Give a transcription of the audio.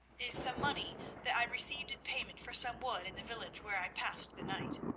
is some money that i received in payment for some wood in the village where i passed the night.